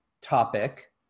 topic